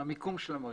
מהמיקום של המרינה.